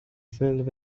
filled